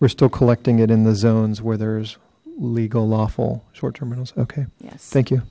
we're still collecting it in the zones where there's legal lawful short term rentals okay thank you